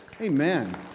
Amen